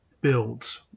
builds